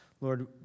Lord